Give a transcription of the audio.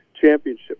championship